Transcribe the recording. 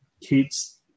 kids